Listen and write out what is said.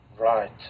Right